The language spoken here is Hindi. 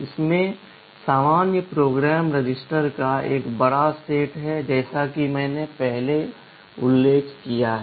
इसमें सामान्य प्रोग्राम रजिस्टर का एक बड़ा सेट है जैसा कि मैंने पहले उल्लेख किया है